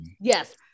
Yes